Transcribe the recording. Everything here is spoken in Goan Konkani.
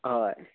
हय